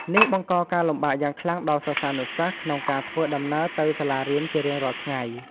នេះបង្កការលំបាកយ៉ាងខ្លាំងដល់សិស្សានុសិស្សក្នុងការធ្វើដំណើរទៅសាលារៀនជារៀងរាល់ថ្ងៃ។